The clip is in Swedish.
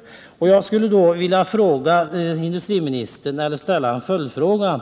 Industriministern har, såvitt jag förstår, varit väl medveten om de förestående inskränkningarna i Åmotfors och jag skulle vilja ställa några följdfrågor till honom: